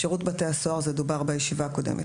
שירות בתי-הסוהר זה דובר בישיבה הקודמת.